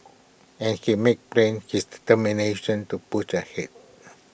and he made plain his determination to push ahead